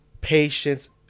patience